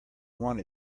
want